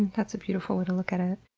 that's a beautiful way to look at it.